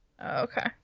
Okay